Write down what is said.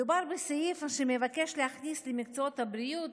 מדובר בסעיף שמבקש להכניס למקצועות הבריאות,